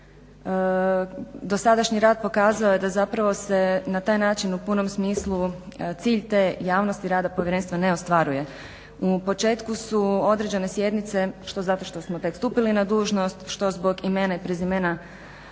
Dosadašnji rad pokazao je da zapravo se na taj način u punom smislu, cilj te javnosti rada povjerenstva ne ostvaruje. U početku su određene sjednice što zato što smo tek stupili na dužnost, što zbog imena i prezimena